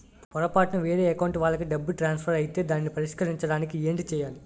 పొరపాటున వేరే అకౌంట్ వాలికి డబ్బు ట్రాన్సఫర్ ఐతే దానిని పరిష్కరించడానికి ఏంటి చేయాలి?